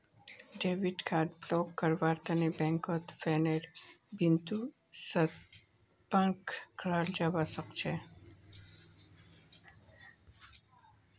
debit card block करव्वार तने बैंकत फोनेर बितु संपर्क कराल जाबा सखछे